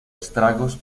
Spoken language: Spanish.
estragos